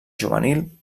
juvenil